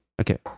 Okay